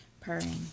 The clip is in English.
purring